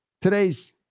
today's